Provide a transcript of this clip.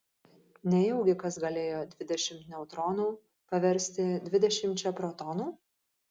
nejaugi kas galėjo dvidešimt neutronų paversti dvidešimčia protonų